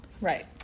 Right